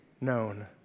known